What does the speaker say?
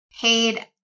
paid